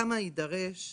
כמה יידרש,